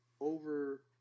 over